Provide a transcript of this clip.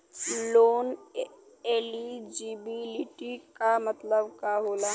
Loan eligibility का मतलब का होला?